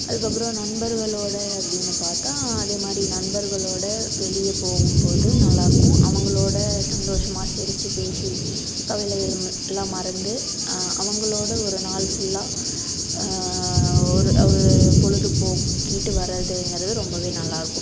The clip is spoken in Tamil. அதுக்கப்புறம் நண்பர்களோட அப்படின்னு பார்த்தா அதேமாதிரி நண்பர்களோடு வெளியே போகும்போது நல்லாயிருக்கும் அவர்களோட சந்தோஷமா சிரித்து பேசி கவலைகள்மல் எல்லாம் மறந்து அவர்களோட ஒரு நாள் ஃபுல்லா ஒரு ஒரு பொழுதுபோக்கிட்டு வரதுங்கிறது ரொம்பவே நல்லாயிருக்கும்